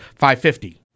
550